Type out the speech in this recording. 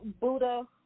Buddha